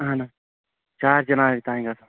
اَہن حظ چار چِنارِ تانۍ گژھو حظ